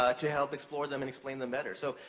ah to help explore them and explain them better. so,